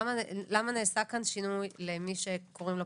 יש לנו קורסים שמכשירים